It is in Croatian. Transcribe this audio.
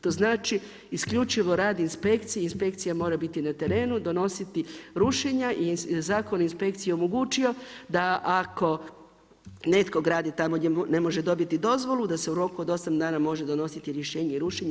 To znači isključivo radi inspekcije, inspekcija mora biti na terenu, donositi rušenja i Zakon o inspekciji je omogućio da ako netko gradi tamo gdje ne može dobiti dozvolu da se u roku od 8 dana može donositi rješenje i rušenje.